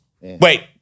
Wait